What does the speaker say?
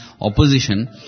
opposition